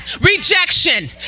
rejection